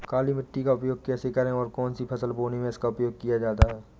काली मिट्टी का उपयोग कैसे करें और कौन सी फसल बोने में इसका उपयोग किया जाता है?